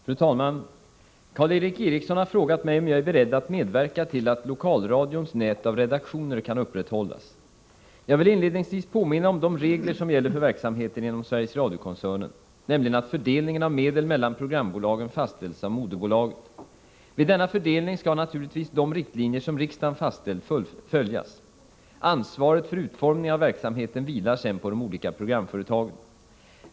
Fru talman! Karl Erik Eriksson har frågat mig om jag är beredd att medverka till att lokalradions nät av redaktioner kan upprätthållas. Jag vill inledningsvis påminna om de regler som gäller för verksamheten inom Sveriges Radio-koncernen, nämligen att fördelningen av medel mellan programbolagen fastställs av moderbolaget. Vid denna fördelning skall naturligtvis de riktlinjer som riksdagen fastställt följas. Ansvaret för utformningen av verksamheten vilar sedan på de olika programföretagen.